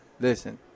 Listen